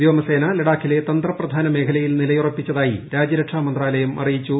വ്യോമസേന ലഡാക്കിലെ തന്ത്ര പ്രധാന മേഖലയിൽ നിൽയുറപ്പിച്ചതായി രാജ്യരക്ഷാ മന്ത്രാലയം അറിയിച്ചു